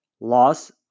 Loss